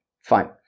Fine